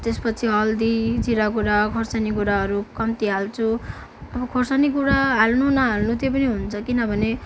त्यसपछि हल्दी जिरा गुडा खर्सानी गुडाहरू कम्ति हाल्छु खुर्सानी गुडा हाल्नु नहाल्नु त्यो पनि हुन्छ किनभने